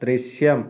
ദൃശ്യം